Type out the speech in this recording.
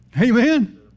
Amen